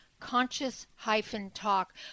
Conscious-Talk